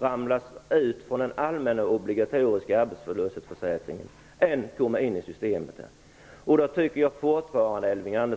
ramla ut ur denna allmänna obligatoriska arbetslöshetsförsäkringen när den var fullt utbyggd 1997 än som skulle komma in i systemet genom förändringarna.